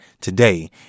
today